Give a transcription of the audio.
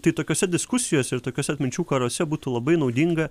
tai tokiose diskusijose ir tokiuose atminčių karuose būtų labai naudinga